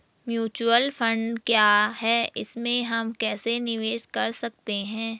Mutual fund क्या है इसमें हम कैसे निवेश कर सकते हैं?